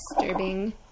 Disturbing